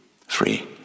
Free